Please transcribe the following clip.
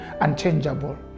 unchangeable